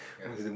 yeah